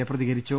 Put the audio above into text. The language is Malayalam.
എ പ്രതിക രിച്ചു